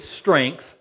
strength